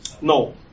No